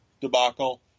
debacle